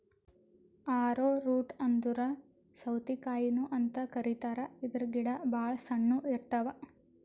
ಆರೊ root ಅಂದ್ರ ಸೌತಿಕಾಯಿನು ಅಂತ್ ಕರಿತಾರ್ ಇದ್ರ್ ಗಿಡ ಭಾಳ್ ಸಣ್ಣು ಇರ್ತವ್